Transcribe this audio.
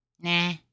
Nah